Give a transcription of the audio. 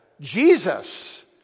Jesus